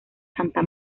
santa